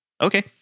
okay